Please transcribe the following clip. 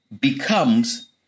becomes